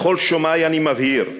לכל שומעי אני מבהיר: